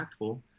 impactful